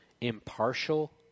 impartial